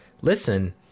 listen